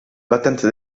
battente